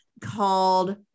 called